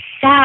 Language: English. sad